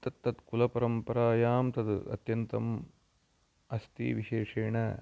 तत्तत्कुलपरम्परायां तत् अत्यन्तम् अस्ति विशेषेण